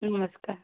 नमस्कार